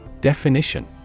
Definition